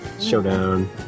Showdown